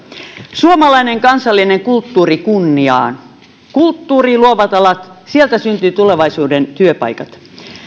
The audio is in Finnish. suomalainen kansallinen kulttuuri kunniaan kulttuuri luovat alat sieltä syntyvät tulevaisuuden työpaikat